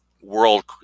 world